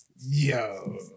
yo